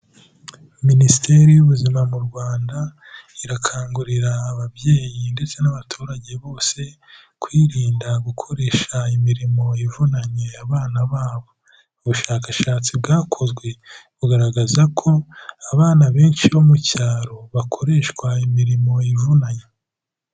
Minisiteri y'ubuzima mu Rwanda irakangurira ababyeyi ndetse n'abaturage bose kwirinda gukoresha imirimo ivunanye abana babo. Ubushakashatsi bwakozwe bugaragaza ko abana benshi bo mu cyaro bakoreshwa imirimo ivunanye.